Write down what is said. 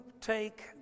take